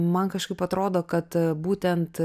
man kažkaip atrodo kad būtent